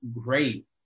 great